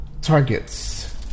targets